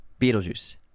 Beetlejuice